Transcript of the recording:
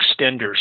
extenders